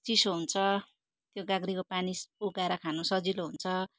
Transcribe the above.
चिसो हुन्छ त्यो गाग्रीको पानी उघाएर खानु सजिलो हुन्छ